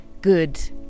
good